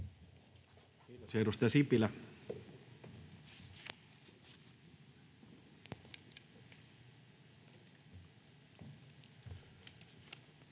Kiitos.